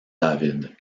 david